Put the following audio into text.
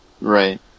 Right